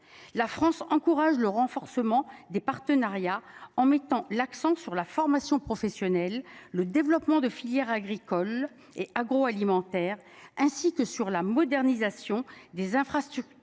La France encourage le renforcement des partenariats en mettant l'accent sur la formation professionnelle, le développement de filières agricoles et agroalimentaires ainsi que sur la modernisation des infrastructures